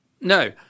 No